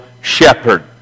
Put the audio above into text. shepherd